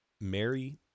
Mary